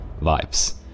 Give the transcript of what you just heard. vibes